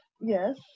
yes